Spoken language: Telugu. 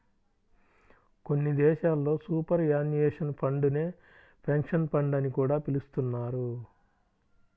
కొన్ని దేశాల్లో సూపర్ యాన్యుయేషన్ ఫండ్ నే పెన్షన్ ఫండ్ అని కూడా పిలుస్తున్నారు